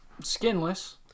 Skinless